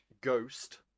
Ghost